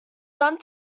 done